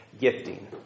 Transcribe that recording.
gifting